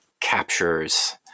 captures